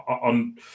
on